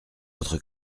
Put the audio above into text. votre